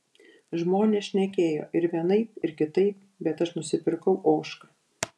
žmonės šnekėjo ir vienaip ir kitaip bet aš nusipirkau ožką